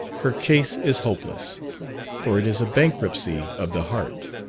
her case is hopeless for it is a bankruptcy of the heart.